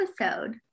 episode